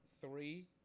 three